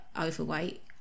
overweight